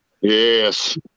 Yes